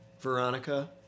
Veronica